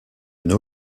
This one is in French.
nos